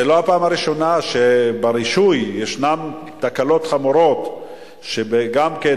זו לא הפעם הראשונה שברישוי ישנן תקלות חמורות גם כן,